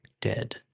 dead